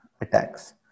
attacks